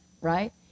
right